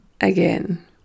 again